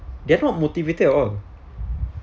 they are not motivated at all